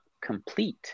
complete